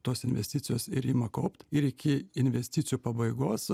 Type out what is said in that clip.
tos investicijos ir ima kaupt ir iki investicijų pabaigos